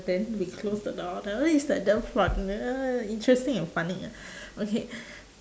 then we close the door that one is the damn fun ah interesting and funny ah okay